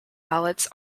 ballots